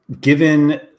given